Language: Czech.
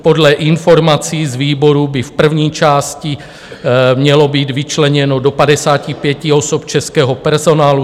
Podle informací z výboru by v první části mělo být vyčleněno do 55 osob českého personálu.